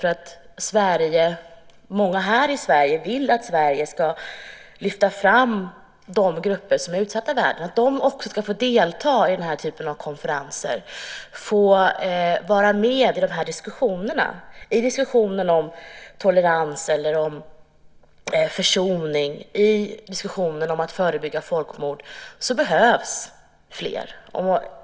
Många i Sverige vill att Sverige ska lyfta fram utsatta grupper i världen, att de också ska få delta i den här typen av konferenser. De ska få vara med i diskussionen om tolerans eller försoning, i diskussionen om att förebygga folkmord. Där behövs fler.